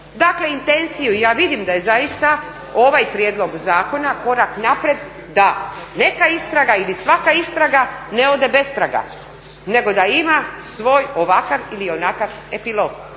Dakle, intenciju, ja vidim da je zaista ovaj prijedlog zakona korak naprijed da neka istraga ili svaka istraga ne ode bez traga, nego da ima svoj ovakav ili onakav epilog.